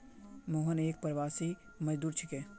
मोहन एक प्रवासी मजदूर छिके